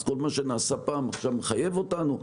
אז כל מה שנעשה פעם מחייב אותנו עכשיו?